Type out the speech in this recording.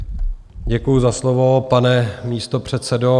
Děkuji za slovo, pane místopředsedo.